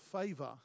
favor